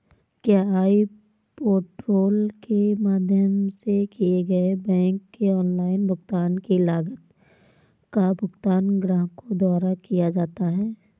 क्या e portal के माध्यम से किए गए बैंक के ऑनलाइन भुगतान की लागत का भुगतान ग्राहकों द्वारा किया जाता है?